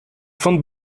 von